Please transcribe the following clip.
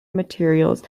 materials